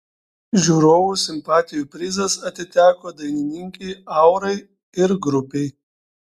žiūrovų simpatijų prizas atiteko dainininkei aurai ir grupei